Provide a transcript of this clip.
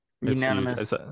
Unanimous